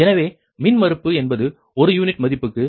எனவே மின்மறுப்பு என்பது ஒரு யூனிட் மதிப்புக்கு